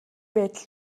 байдал